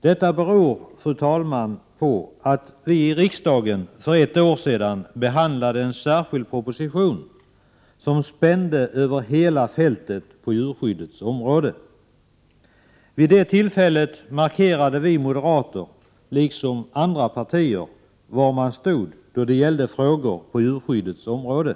Det beror på att riksdagen för ett år sedan behandlade en särskild proposition som spände över hela fältet när det gäller djurskyddet. Vid det tillfället markerade vi moderater, och det gjorde också andra partier, var vi stod då det gällde frågor på djurskyddets område.